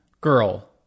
Girl